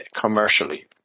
commercially